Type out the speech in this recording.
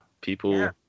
People